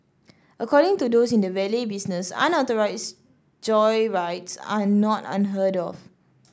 according to those in the valet business unauthorised joyrides are not unheard of